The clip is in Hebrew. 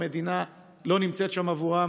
המדינה לא נמצאת שם עבורם.